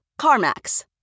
CarMax